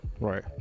right